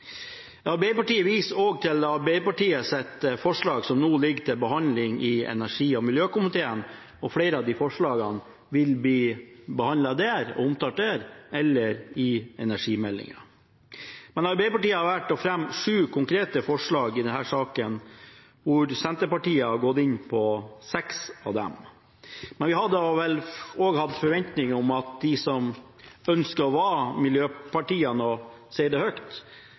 Arbeiderpartiet viser også til sitt forslag som nå ligger til behandling i energi- og miljøkomiteen. Flere av de forslagene vil bli behandlet og omtalt der, eller i energimeldingen. Men Arbeiderpartiet har valgt å fremme sju konkrete forslag i denne saken, og Senterpartiet har gått inn på seks av dem. Vi hadde vel forventet at de som ønsker å være miljøpartiene og sier det høyt,